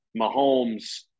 Mahomes